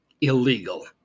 illegal